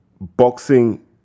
Boxing